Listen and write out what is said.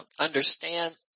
understand